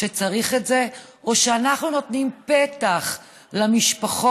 שצריך את זה, או שאנחנו נותנים פתח למשפחות,